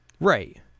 Right